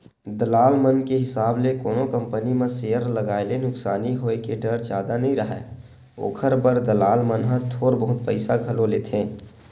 दलाल मन के हिसाब ले कोनो कंपनी म सेयर लगाए ले नुकसानी होय के डर जादा नइ राहय, ओखर बर दलाल मन ह थोर बहुत पइसा घलो लेथें